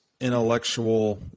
intellectual